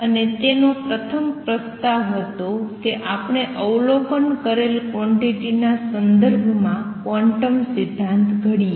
અને તેનો પ્રથમ પ્રસ્તાવ હતો કે આપણે અવલોકન કરેલ ક્વોંટીટી ના સંદર્ભમાં ક્વોન્ટમ સિદ્ધાંત ઘડીએ